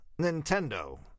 Nintendo